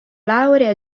laurea